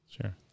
sure